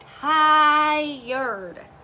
tired